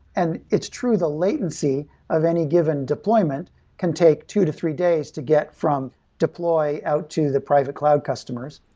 and it's true, the latency of any given deployment can take two to three day to get from deploy out to the private cloud customers.